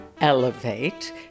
Elevate